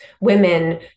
women